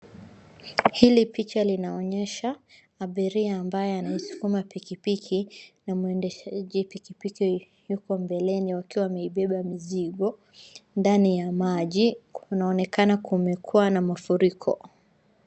Hili picha linaonyesha abiria ambaye anasukuma pikipiki na mwendeshaji pikipiki yuko mbeleni wakiwa wameibeba mizigo ndani ya maji. Kunaonekana kumekuwa na mafuriko.